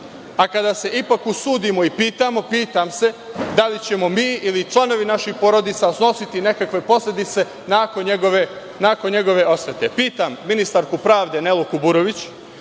A kada se ipak usudimo i pitamo, pitam se, da li ćemo mi ili članovi naših porodica snositi nekakve posledice nakon njegove osvete. Pitam ministarku pravde, Nelu Kuburović,